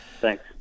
Thanks